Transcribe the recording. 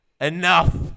Enough